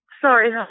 Sorry